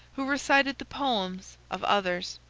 who recited the poems of others,